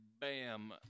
Bam